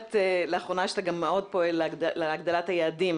מתרשמת לאחרונה שאתה גם מאוד פועל להגדלת היעדים